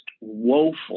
woeful